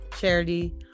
charity